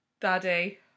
Daddy